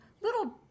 little